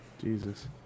Jesus